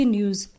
News